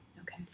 Okay